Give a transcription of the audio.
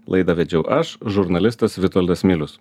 laidą vedžiau aš žurnalistas vitoldas milius